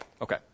okay